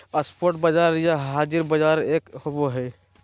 spot बाजार या हाज़िर बाजार एक होबो हइ